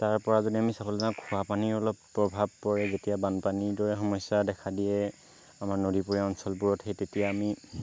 তাৰপৰা যদি আমি চাবলৈ যাওঁ খোৱাপানীৰ অলপ প্ৰভাৱ পৰে যেতিয়া বানপানীৰ দৰে সমস্য়াই দেখা দিয়ে আমাৰ নদীপৰীয়া অঞ্চলবোৰত সেই তেতিয়া আমি